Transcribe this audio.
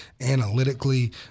analytically